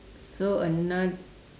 so anot~